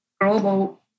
global